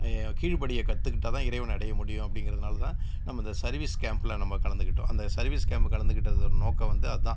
கீழ்படிய கத்துக்கிட்டால் தான் இறைவனை அடைய முடியும் அப்படிங்கிறதுனால தான் நம்ம இந்த சர்வீஸ் கேம்ப்ல நம்ம கலந்துக்கிட்டோம் அந்த சர்வீஸ் கேம்பை கலந்துக்கிட்டதன் நோக்கம் வந்து அதுதான்